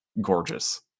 gorgeous